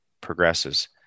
progresses